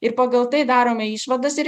ir pagal tai darome išvadas ir